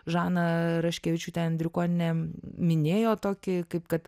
žana raškevičiūtė andriukonienė minėjo tokį kaip kad